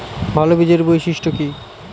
ভাল বীজের বৈশিষ্ট্য কী?